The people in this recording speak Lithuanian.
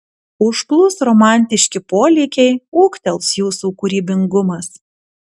užplūs romantiški polėkiai ūgtels jūsų kūrybingumas